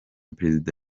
perezida